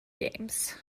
games